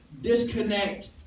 disconnect